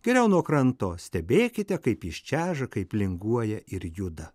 geriau nuo kranto stebėkite kaip jis čeža kaip linguoja ir juda